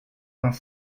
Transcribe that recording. vingt